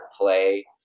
play